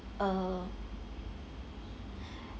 uh